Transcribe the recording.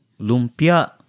Lumpia